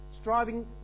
striving